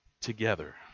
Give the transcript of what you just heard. together